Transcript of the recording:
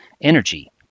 energy